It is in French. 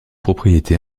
propriété